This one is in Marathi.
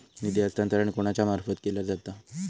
निधी हस्तांतरण कोणाच्या मार्फत केला जाता?